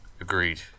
Agreed